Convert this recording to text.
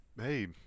Hey